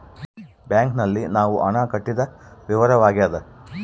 bank ನಲ್ಲಿ ನಾವು ಹಣ ಕಟ್ಟಿದ ವಿವರವಾಗ್ಯಾದ